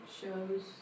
shows